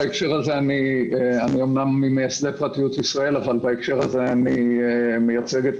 אני אומנם ממייסדי פרטיות ישראל אבל בהקשר הזה אני מייצג את